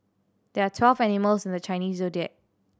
there are twelve animals in the Chinese Zodiac